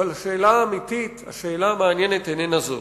אבל השאלה האמיתית, השאלה המעניינת, איננה זו.